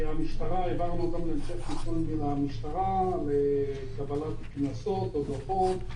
העברנו אותם להמשך טיפול עם המשטרה לקבלת קנסות או דוחות,